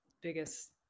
biggest